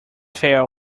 fail